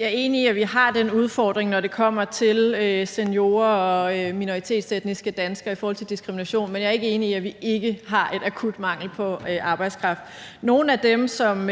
Jeg er enig i, at vi har den udfordring, når det kommer til seniorer og minoritetsetniske danskere i forhold til diskrimination, men jeg er ikke enig i, at vi ikke har en akut mangel på arbejdskraft. Nogle af dem, som